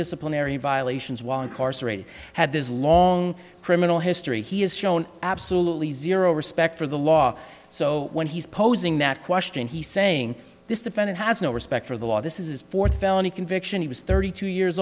disciplinary violations while incarcerated had this long criminal history he has shown absolutely zero respect for the law so when he's posing that question he's saying this defendant has no respect for the law this is fourth felony conviction he was thirty two years